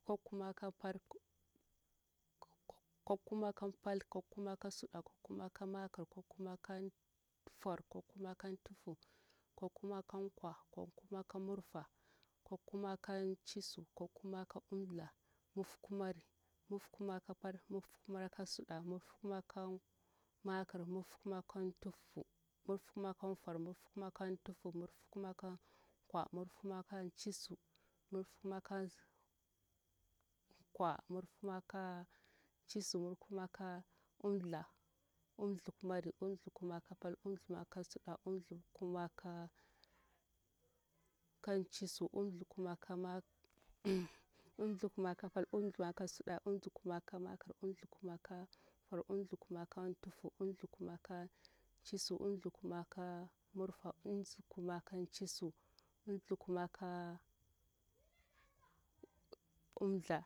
Nkwankumaka pal nkwankumaka suɗa nkwankumaka makir nkwankumaka kanfor nkwankumakantufu nkwankumakankwa nkwankumaka murfa nkwankumakancisu nkwankumaka'umda murfukumari murfukumaka pal murfukumaka suɗa murfukumaka makir murfukumakanfor murfukumakantufu murfukumakankwa murfukumakamurfa murfukumakancisu murfukumaka'umda umdakumari umdakumaka pal umdakumaka suɗa umdakumaka makir umdakumakanfor umdakumakantufu umdakumakankwa umdakumakamurfa umdakumakancisu umdakumakan'umda